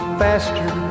faster